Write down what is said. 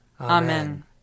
Amen